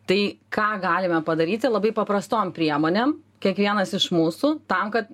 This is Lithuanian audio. tai ką galime padaryti labai paprastom priemonėm kiekvienas iš mūsų tam kad